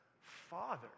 Father